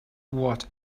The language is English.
what